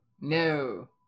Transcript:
no